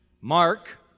Mark